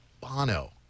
Bono